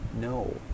no